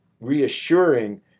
reassuring